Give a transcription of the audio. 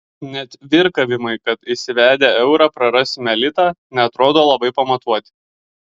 net virkavimai kad įsivedę eurą prarasime litą neatrodo labai pamatuoti